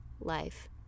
life